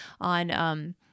on